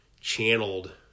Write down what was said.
channeled